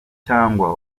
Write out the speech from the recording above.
cyangwa